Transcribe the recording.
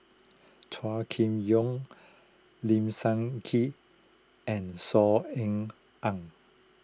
Chua Kim Yeow Lim Sun Gee and Saw Ean Ang